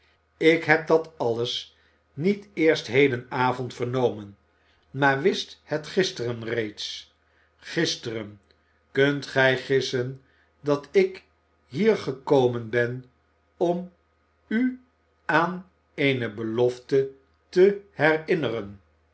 ik heb dat alles niet eerst heden avond vernomen maar wist het gisteren reeds gisteren kunt gij gissen dat ik hier gekomen ben om u aan eene belofte te herinneren